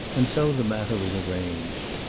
and so the matter was arranged.